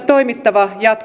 ja